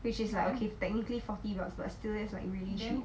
which is like okay technically forty bucks but still that's like really cheap